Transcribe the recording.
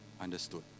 understood